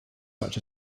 such